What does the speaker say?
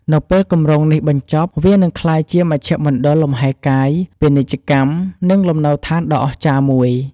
នៅពេលគម្រោងនេះបញ្ចប់ វានឹងក្លាយជា មជ្ឈមណ្ឌលលំហែកាយ ពាណិជ្ជកម្ម និងលំនៅដ្ឋានដ៏អស្ចារ្យមួយ។